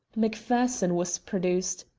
macpherson was produced,